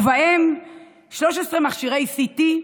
ובהם 13 מכשירי CT,